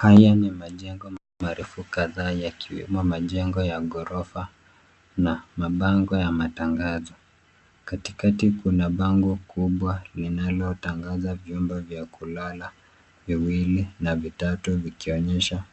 Haya ni majengo marefu kadhaa yakiwemo majengo ya ghorofa na mabango ya matangazo. Katikati kuna bango kubwa linalotangaza vyumba vya kulala, viwili na vitatu, vikionyesha